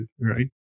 right